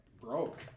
broke